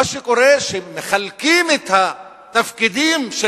מה שקורה הוא שמחלקים את התפקידים של